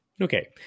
Okay